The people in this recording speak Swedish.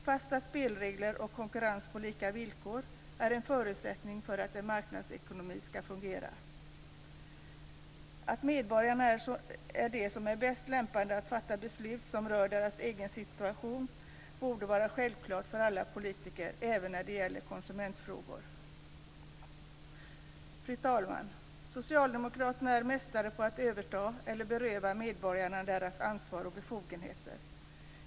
Fasta spelregler och konkurrens på lika villkor är en förutsättning för att en marknadsekonomi skall fungera. Att medborgarna är bäst lämpade att fatta beslut som rör deras egen situation borde vara självklart för alla politiker, även när det gäller konsumentfrågor. Fru talman! Socialdemokraterna är mästare på att överta eller beröva medborgarna deras ansvar och befogenheter.